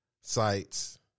sites